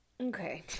Okay